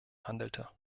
handelte